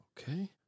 Okay